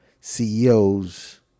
CEOs